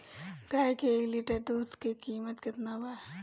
गाए के एक लीटर दूध के कीमत केतना बा?